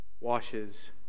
washes